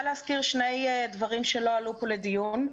להזכיר שני דברים שלא עלו כאן לדיון.